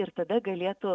ir tada galėtų